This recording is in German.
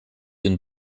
den